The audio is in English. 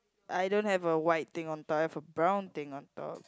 I don't have a white thing on top I have a brown thing on top